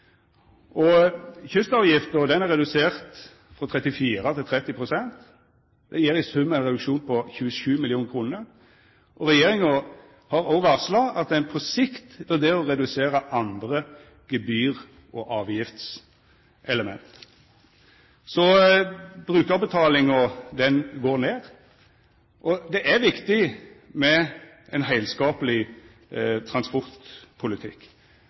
Kystavgifta er redusert frå 34 til 30 pst. Det gjev i sum ein reduksjon på 27 mill. kr. Regjeringa har òg varsla at ein på sikt vurderer å redusera andre gebyr- og avgiftselement. Så brukarbetalinga går ned. Det er viktig med ein heilskapleg transportpolitikk.